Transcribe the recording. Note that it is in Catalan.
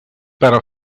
però